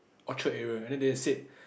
Orchard area and then they said